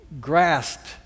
grasped